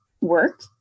work